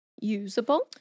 usable